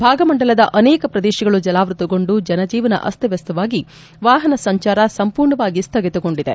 ಭಾಗಮಂಡಲದ ಅನೇಕ ಪ್ರದೇಶಗಳು ಜಲಾವೃತಗೊಂಡು ಜನಜೀವನ ಅಸ್ತವ್ಯಸ್ತವಾಗಿ ವಾಹನ ಸಂಚಾರ ಸಂಪೂರ್ಣವಾಗಿ ಸ್ಠಗಿತಗೊಂಡಿದೆ